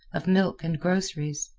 of milk and groceries.